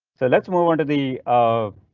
so let's move on to the. um